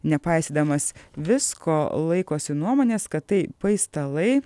nepaisydamas visko laikosi nuomonės kad tai paistalai